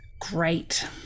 great